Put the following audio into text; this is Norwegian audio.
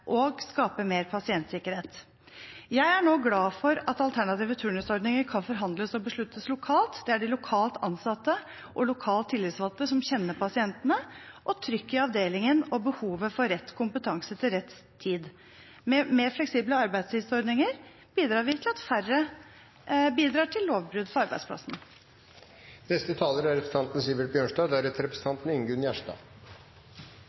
Det skaper mer velferd og skaper mer pasientsikkerhet. Jeg er nå glad for at alternative turnusordninger kan forhandles og besluttes lokalt. Det er de lokalt ansatte og lokalt tillitsvalgte som kjenner pasientene, trykket i avdelingen og behovet for rett kompetanse til rett tid. Med mer fleksible arbeidstidsordninger bidrar vi til at færre bidrar til lovbrudd på arbeidsplassen. I forrige uke besøkte jeg Trondheim fengsel på Tunga for